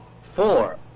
Four